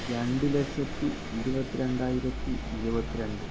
രണ്ട് ലക്ഷത്തി ഇരുപത്തി രണ്ടായിരത്തി ഇരുപത്തിരണ്ട്